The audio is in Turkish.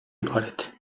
ibaret